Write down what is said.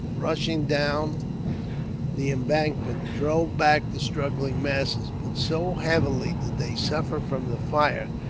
rushing down the embankment, drove back the struggling masses, but so heavily did they suffer from the fire,